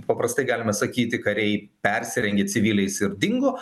paprastai galima sakyti kariai persirengė civiliais ir dingo